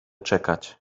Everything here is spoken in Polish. czekać